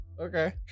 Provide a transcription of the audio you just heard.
okay